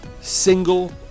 single